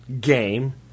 game